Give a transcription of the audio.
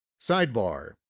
Sidebar